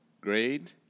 Grade